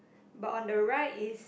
but on the right is